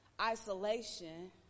isolation